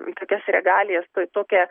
tokias regalijas tokią